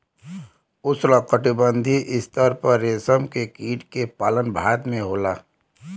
उष्णकटिबंधीय स्तर पर रेशम के कीट के पालन भारत में होला